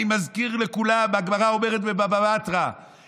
אני מזכיר לכולם: הגמרא אומרת בבבא בתרא: